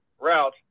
route